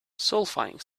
solfaing